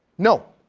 no.